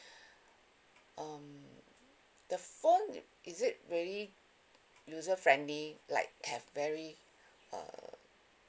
um the phone is it very user friendly like have very uh